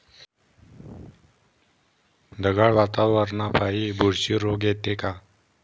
ढगाळ वातावरनापाई बुरशी रोग येते का?